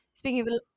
Speaking